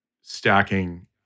stacking